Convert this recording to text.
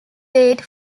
date